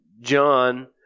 John